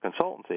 consultancy